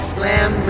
Slam